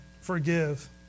forgive